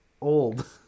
old